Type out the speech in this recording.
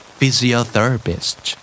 Physiotherapist